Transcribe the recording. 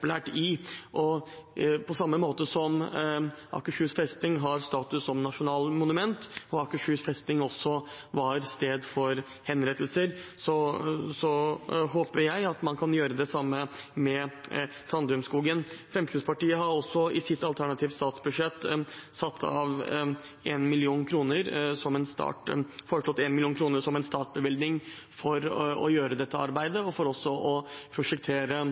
i. På samme måte som Akershus festning har status som nasjonalmonument og også var et sted for henrettelser, håper jeg at man kan gjøre det samme med Trandumskogen. Fremskrittspartiet har i sitt alternative statsbudsjett foreslått 1 mill. kr som en startbevilgning for å gjøre dette arbeidet og for å